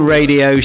Radio